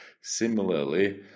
Similarly